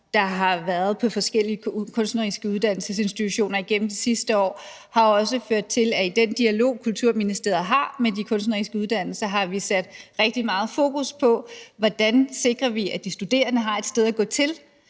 der har været på forskellige kunstneriske uddannelsesinstitutioner igennem de sidste år, jo også har ført til, at i den dialog, Kulturministeriet har med de kunstneriske uddannelser, har vi sat rigtig meget fokus på, hvordan vi sikrer, at de studerende har et sted at gå hen,